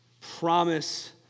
promise